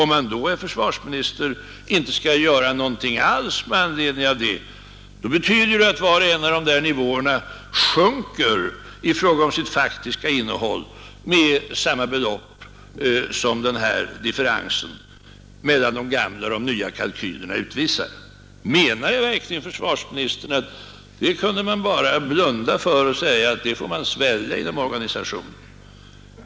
Om man då, herr försvarsminister, inte skall göra något alls med anledning av det, betyder det ju att var och en av dessa nivåer till sitt faktiska innehåll sjunker med samma belopp som differensen mellan de gamla och de nya kalkylerna utvisar. Menar verkligen försvarsministern att man bara kunde blunda för detta och svälja det inom organisationen?